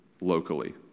locally